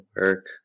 work